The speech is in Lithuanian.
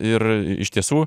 ir iš tiesų